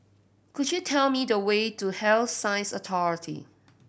could you tell me the way to Health Sciences Authority